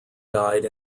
died